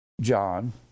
John